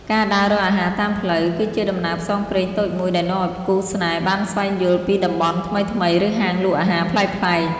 ការដើររកអាហារតាមផ្លូវ គឺជាដំណើរផ្សងព្រេងតូចមួយដែលនាំឲ្យគូស្នេហ៍បានស្វែងយល់ពីតំបន់ថ្មីៗ ឬហាងលក់អាហារប្លែកៗ។